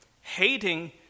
hating